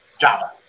java